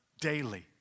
daily